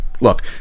Look